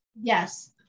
yes